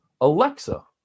alexa